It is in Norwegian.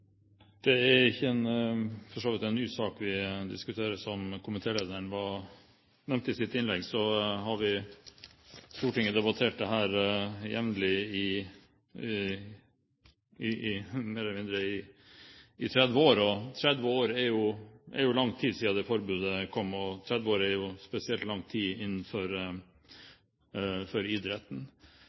Det er for så vidt ikke en ny sak vi diskuterer. Som komitélederen nevnte i sitt innlegg, har Stortinget debattert dette jevnlig mer eller mindre i 30 år. 30 år er lenge, så det er lang tid siden forbudet kom – og 30 år er jo spesielt lang tid innenfor idretten.